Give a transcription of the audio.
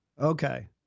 Okay